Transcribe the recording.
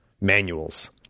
manuals